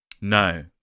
No